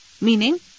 meaning